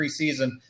preseason